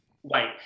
white